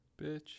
Bitch